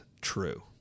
true